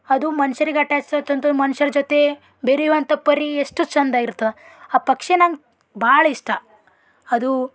ಅದು ಮನ್ಷರಿಗೆ ಅಟ್ಯಾಚ್ಡ್ ಆಯ್ತಂದ್ರೆ ಮನ್ಷರ ಜೊತೆ ಬೆರೆಯುವಂಥ ಪರಿ ಎಷ್ಟು ಚಂದ ಇರ್ತದೆ ಆ ಪಕ್ಷಿ ನಂಗೆ ಭಾಳ ಇಷ್ಟ ಅದು